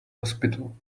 hospital